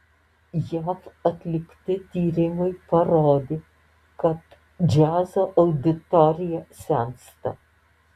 jav atlikti tyrimai parodė kad džiazo auditorija sensta